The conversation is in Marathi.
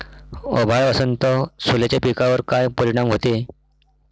अभाळ असन तं सोल्याच्या पिकावर काय परिनाम व्हते?